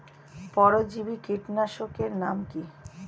পরজীবী কীটনাশকের নাম কি?